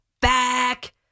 back